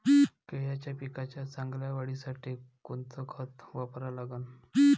केळाच्या पिकाच्या चांगल्या वाढीसाठी कोनचं खत वापरा लागन?